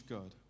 God